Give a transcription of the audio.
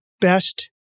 best